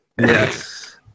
Yes